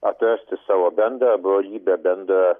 atrasti savo bendrą brolybę bendrą